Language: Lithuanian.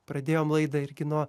pradėjome laidą irgi nuo